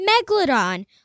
Megalodon